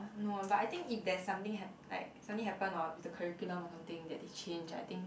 no but I think if there's something hap~ like something happen or the curriculum that is change I think